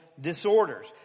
disorders